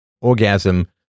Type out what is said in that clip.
orgasm